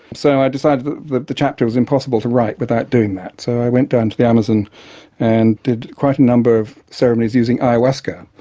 so i decided that the the chapter was impossible to write without doing that, so i went down to the amazon and did quite a number of ceremonies using ayahuasca,